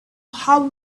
how